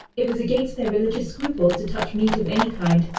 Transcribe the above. it was against their religious scruples to touch meat of any kind,